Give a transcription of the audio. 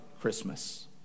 Christmas